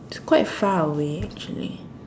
quite far away actually